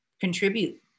contribute